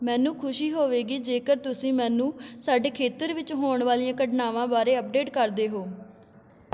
ਮੈਨੂੰ ਖੁਸ਼ੀ ਹੋਵੇਗੀ ਜੇਕਰ ਤੁਸੀਂ ਮੈਨੂੰ ਸਾਡੇ ਖੇਤਰ ਵਿੱਚ ਹੋਣ ਵਾਲੀਆਂ ਘਟਨਾਵਾਂ ਬਾਰੇ ਅਪਡੇਟ ਕਰਦੇ ਹੋ